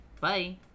Bye